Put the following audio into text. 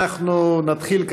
אנחנו נתחיל,